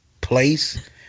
place